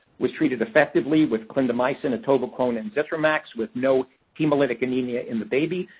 was treated effectively with clindamycin, atovaquone, and zithromax with no hemolytic anemia in the baby.